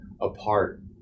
apart